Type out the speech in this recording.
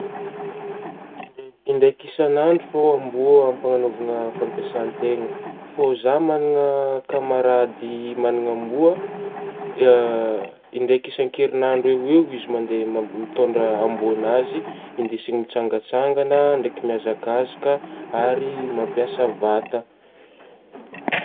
Indraiky isan'andro fô amboa ampagnanaovagna fampiasantena, fô zaho manana camarady manana amboa, ahh indraiky isankerinandro eo eo izy mande mitondra amboan'azy hindesigny mitsangatsangana ndraiky mihazakazaka ary mampiasa vata.